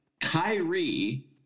Kyrie